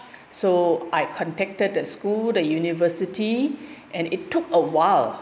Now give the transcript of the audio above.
so I contacted the school the university and it took a while